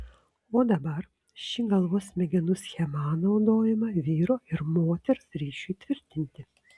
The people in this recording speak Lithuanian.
o dabar ši galvos smegenų schema naudojama vyro ir moters ryšiui tvirtinti